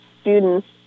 students